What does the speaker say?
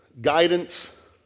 guidance